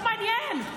זה לא מעניין.